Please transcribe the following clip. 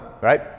Right